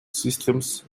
systems